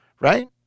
right